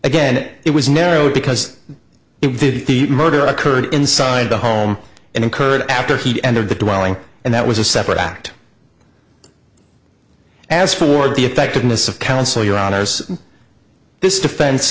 again it was narrowed because if the murder occurred inside the home and occurred after he entered the drawing and that was a separate act as for the effectiveness of counsel your honour's this defense